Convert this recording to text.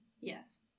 yes